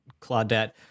Claudette